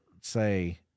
say